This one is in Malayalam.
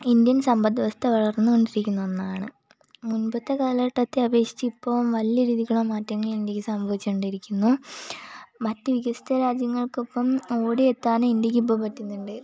ഇന്ത്യൻ സമ്പദ് വ്യവസ്ഥ വളർന്നുകൊണ്ടിരിക്കുന്ന ഒന്നാണ് മുൻപത്തെ കാലഘട്ടത്തെ അപേക്ഷിച്ച് ഇപ്പോൾ വലിയ രീതിക്കുള്ള മാറ്റങ്ങൾ ഇന്ത്യക്ക് സംഭവിച്ചുകൊണ്ടിരിക്കുന്നു മറ്റ് വികസിത രാജ്യങ്ങൾക്കൊപ്പം ഓടിയെത്താൻ ഇന്ത്യക്ക് ഇപ്പോൾ പറ്റുന്നുണ്ട്